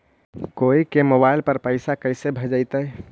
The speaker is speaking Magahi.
कोई के मोबाईल पर पैसा कैसे भेजइतै?